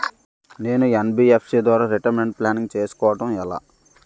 నేను యన్.బి.ఎఫ్.సి ద్వారా retirement planning చేసుకోవడం ఎలా?